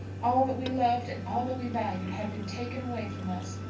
all that we loved and all that we valued had been taken away from us.